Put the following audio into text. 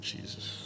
Jesus